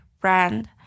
brand